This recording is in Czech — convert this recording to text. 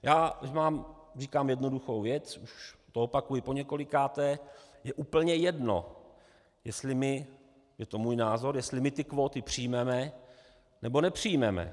Já vám říkám jednoduchou věc, už to opakuji poněkolikáté: Je úplně jedno, jestli my je to můj názor kvóty přijmeme, nebo nepřijmeme.